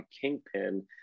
kingpin